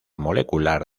molecular